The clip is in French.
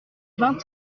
vingt